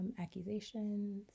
accusations